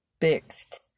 fixed